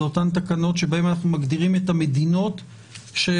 אלה אותן תקנות שבהן אנחנו מגדירים את המדינות שלא